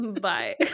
Bye